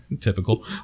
Typical